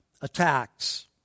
attacks